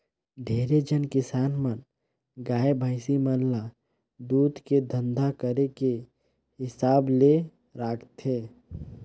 ढेरे झन किसान मन गाय, भइसी मन ल दूद के धंधा करे के हिसाब ले राखथे